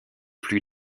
plus